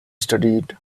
studied